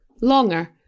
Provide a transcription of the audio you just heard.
longer